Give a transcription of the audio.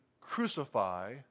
crucify